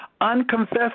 unconfessed